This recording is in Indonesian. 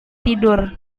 tidur